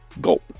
gulp